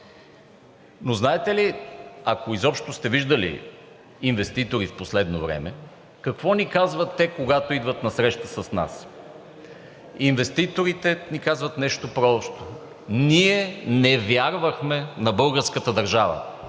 Но знаете ли, ако изобщо сте виждали инвеститори в последно време, какво ни казват те, когато идват на среща с нас. Инвеститорите ни казват нещо просто: ние не вярвахме на българската държава.